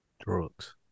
Drugs